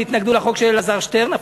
הם התנגדו לחוק של אלעזר שטרן,